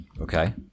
Okay